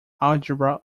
algebra